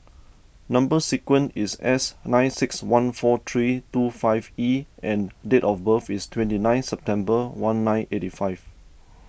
Number Sequence is S nine six one four three two five E and date of birth is twenty nine September one nine eighty five